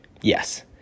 Yes